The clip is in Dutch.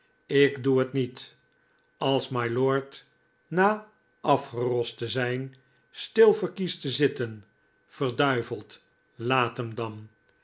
ik doe het niet als mylord na afgerost te zijn stil verkiest te zitten verd laat hem dan